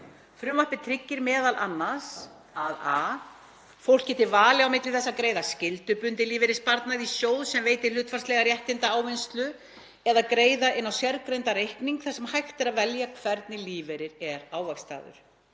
Frumvarpið tryggi m.a. að: a. fólk geti valið á milli þess að greiða skyldubundinn lífeyrissparnað í sjóð sem veitir hlutfallslega réttindaávinnslu eða að greiða inn á sérgreindan reikning þar sem hægt er að velja hvernig lífeyrir er ávaxtaður,